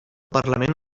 parlament